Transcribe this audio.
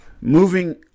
moving